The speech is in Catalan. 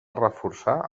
reforçar